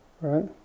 right